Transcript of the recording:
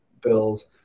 bills